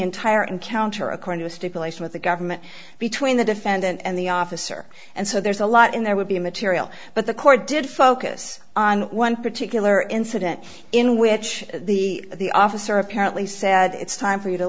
entire encounter accord to a stipulation with the government between the defendant and the officer and so there's a lot in there would be material but the court did focus on one particular incident in which the officer apparently said it's time for you to